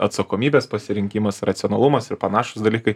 atsakomybės pasirinkimas racionalumas ir panašūs dalykai